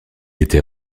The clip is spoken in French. était